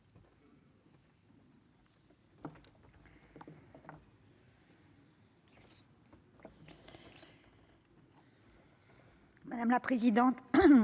Madame la présidente,